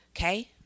Okay